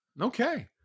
Okay